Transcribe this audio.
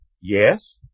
Yes